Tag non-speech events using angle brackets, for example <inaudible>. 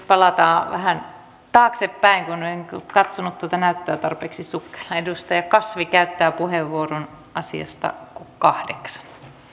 <unintelligible> palataan vähän taaksepäin en katsonut tuota näyttöä tarpeeksi sukkelaan edustaja kasvi käyttää puheenvuoron asiasta kahdeksan